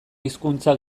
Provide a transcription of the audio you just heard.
hizkuntza